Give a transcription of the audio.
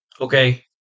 okay